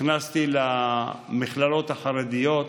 הכנסתי למכללות החרדיות,